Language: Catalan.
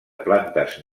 plantes